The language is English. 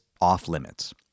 off-limits